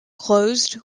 closed